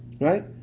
Right